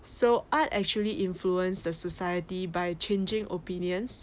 so art actually influenced the society by changing opinions